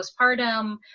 postpartum